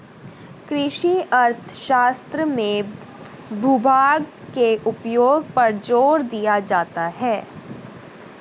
कृषि अर्थशास्त्र में भूभाग के उपयोग पर जोर दिया जाता है